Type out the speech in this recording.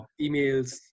emails